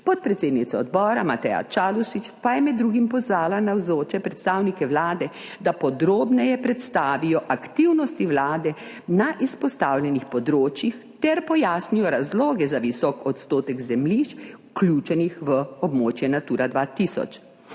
Podpredsednica odbora Mateja Čalušić pa je med drugim pozvala navzoče predstavnike Vlade, da podrobneje predstavijo aktivnosti Vlade na izpostavljenih področjih ter pojasnijo razloge za visok odstotek zemljišč vključenih v območje Natura 2000,